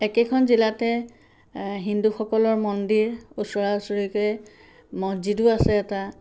একেখন জিলাতে হিন্দুসকলৰ মন্দিৰ ওচৰা ওচৰিকৈ মদজিদো আছে এটা